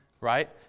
right